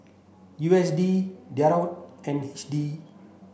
U S D Dirham and H D